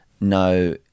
no